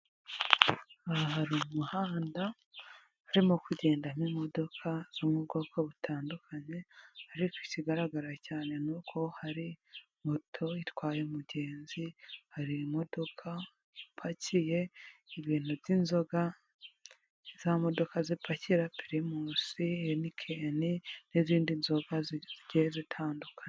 Aha hari umuhanda urimo kugendamo imodoka zo mu bwoko butandukanye, ariko ikigaragara cyane ni uko hari moto itwaye umugenzi, hari imodoka ipakiye ibintu by'inzoga, za modoka zipakira pirimusi, henikeni n'izindi nzoga zigiye zitandukanye.